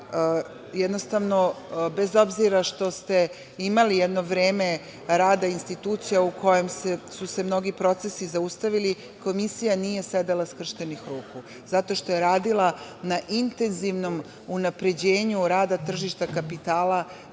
se da, bez obzira što ste imali jedno vreme rada institucija u kojem su se mnogi procesi zaustavili, Komisija nije sedela skrštenih ruku zato što je radila na intenzivnom unapređenju rada tržišta kapitala